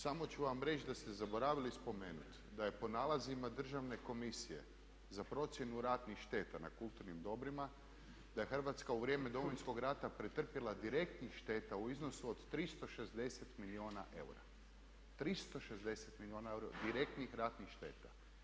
Samo ću vam reći da ste zaboravili spomenuti da je po nalazima Državne komisije za procjenu ratnih šteta na kulturnim dobrima, da je Hrvatska u vrijeme Domovinskog rata pretrpila direktnih šteta u iznosu od 360 milijuna eura, 360 milijuna eura direktnih ratnih šteta.